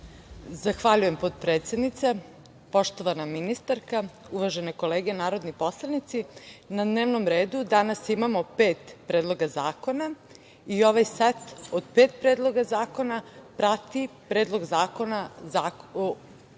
Zahvaljujem potpredsednice. Poštovana ministarka, uvažene kolege narodni poslanici na dnevnom redu danas imamo pet predloga zakona. Ovaj set od pet predloga zakona prati Predlog zakona o budžetu